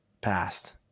past